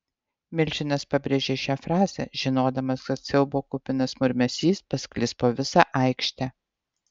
milžinas pabrėžė šią frazę žinodamas kad siaubo kupinas murmesys pasklis po visą aikštę